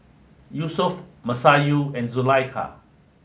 Yusuf Masayu and Zulaikha